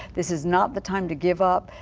this is not the time to give up.